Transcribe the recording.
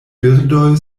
birdoj